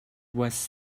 was